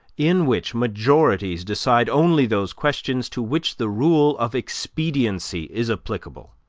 in which majorities decide only those questions to which the rule of expediency is applicable?